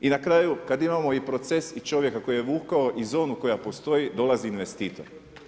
I na kraju kada imamo proces i čovjeka koji je vukao i zonu koja postoji dolazi investitor.